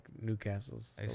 Newcastle's